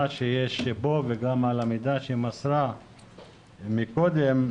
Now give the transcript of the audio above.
שיש פה וגם על המידע שמסרה פלורה קודם.